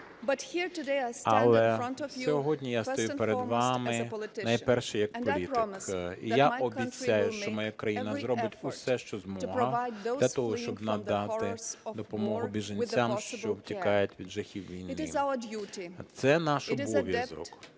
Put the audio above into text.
Але сьогодні я стою перед вами найперше, як політик і я обіцяю, що моя країна зробить усе, що зможе для того, щоб надати допомогу біженцям, що втікають від жахів війни. Це наш обов’язок,